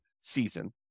season